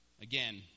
Again